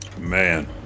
man